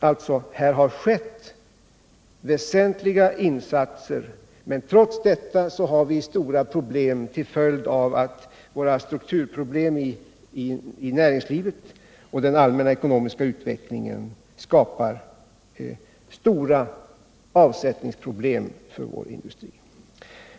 Här har alltså gjorts väsentliga insatser, men trots detta har vi stora bekymmer till följd av strukturproblemen inom näringslivet och den allmänna ekonomiska utvecklingen, som skapar stora avsättningssvårigheter för vår industri.